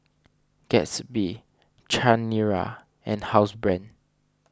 Gatsby Chanira and Housebrand